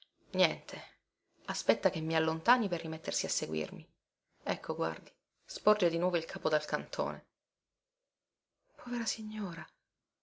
niente aspetta che mi allontani per rimettersi a seguirmi ecco guardi sporge di nuovo il capo dal cantone povera signora